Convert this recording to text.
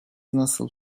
nasıl